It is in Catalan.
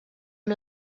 amb